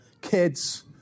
kids